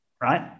right